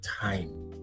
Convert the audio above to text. time